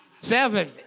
Seven